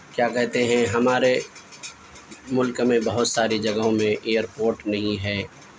کیا کہتے ہیں ہمارے ملک میں بہت ساری جگہوں میں ایئرپورٹ نہیں ہے